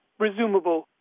resumable